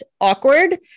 awkward